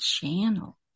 channel